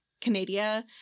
Canada